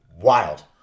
Wild